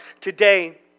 today